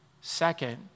Second